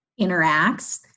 interacts